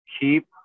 keep